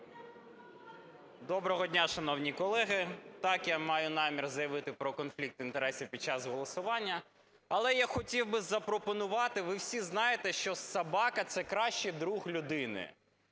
Доброго дня, шановні колеги! Так, я маю намір заявити про конфлікт інтересів під час голосування. Але я хотів би запропонувати, ви всі знаєте, що собака – це кращий друг людини.